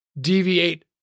deviate